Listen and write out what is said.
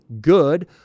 good